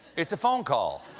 it's a phone call.